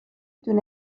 دونه